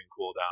cooldown